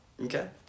Okay